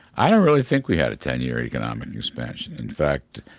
i don't really think we had a ten year economic expansion. in fact,